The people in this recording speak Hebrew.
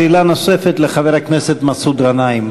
שאלה נוספת לחבר הכנסת מסעוד גנאים.